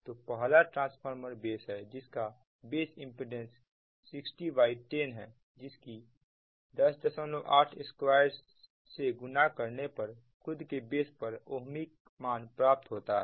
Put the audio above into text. तो पहला transformer base है जिसका बेस इंपीडेंस 6010 है जिसको 108260से गुणा करने पर खुद के बेस पर ओह्मिक मान प्राप्त होता है